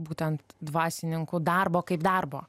būtent dvasininkų darbo kaip darbo